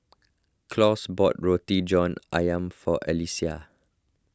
Claus bought Roti John Ayam for Allyssa